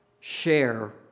share